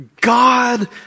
God